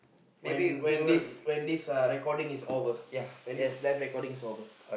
when when this when this uh recording is over when this live recording is over